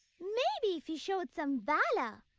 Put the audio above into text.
maybe if he showed some valor,